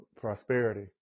prosperity